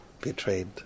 betrayed